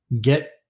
get